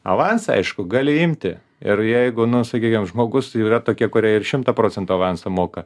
avansą aišku gali imti ir jeigu nu sakykim žmogus yra tokie kurie ir šimtą procentų avansą moka